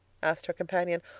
asked her companion.